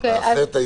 תודה.